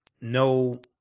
no